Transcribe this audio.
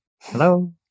hello